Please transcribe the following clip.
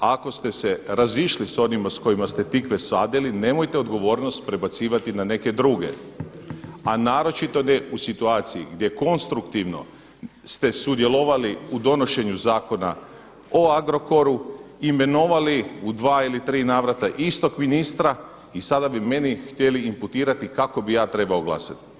A ako ste se razišli sa onima sa kojima ste tikve sadili, nemojte odgovornost prebacivati na neke druge a naročito ne u situaciji gdje konstruktivno ste sudjelovali u donošenju Zakona o Agrokoru, imenovali u dva ili tri navrata istog ministra i sada bi meni htjeli imputirati kako bih ja trebao glasati.